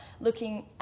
looking